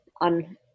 on